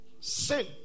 Sin